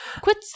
Quit